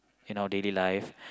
in our daily life